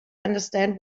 understand